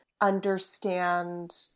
understand